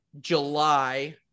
July